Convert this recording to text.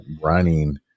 running